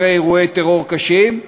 אחרי אירועי טרור קשים,